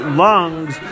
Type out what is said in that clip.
lungs